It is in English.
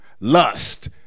lust